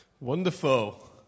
Wonderful